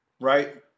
right